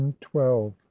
twelve